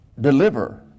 deliver